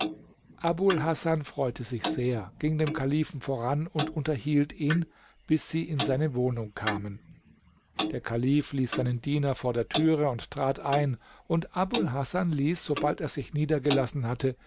abul hasan freute sich sehr ging dem kalifen voran und unterhielt ihn bis sie in seine wohnung kamen der kalif ließ seinen diener vor der türe und trat ein und abul hasan ließ sobald er sich niedergelassen hatte